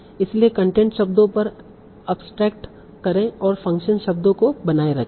इसलिए कंटेंट शब्दों पर अब्सट्रैक्ट करें और फ़ंक्शन शब्दों को बनाए रखें